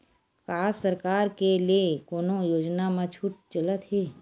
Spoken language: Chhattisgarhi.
का सरकार के ले कोनो योजना म छुट चलत हे?